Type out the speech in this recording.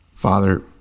Father